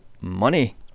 money